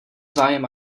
zájem